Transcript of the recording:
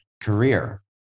career